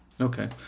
Okay